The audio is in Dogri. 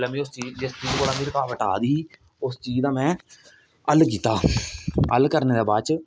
जिसले में उस चीज जिस चीज कोला मिगी रकावट आरदी उस चीज दा में हल कीता हल करने दे बाद च